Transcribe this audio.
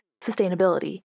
sustainability